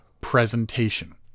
presentation